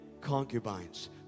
concubines